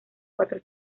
cuatro